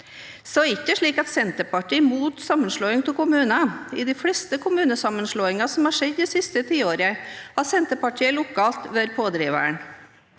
det ikke slik at Senterpartiet er mot sammenslåing av kommuner. I de fleste kommunesammenslåinger som har skjedd det siste tiåret, har Senterpartiet lokalt vært pådriveren.